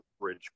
bridge